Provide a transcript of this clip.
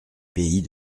pays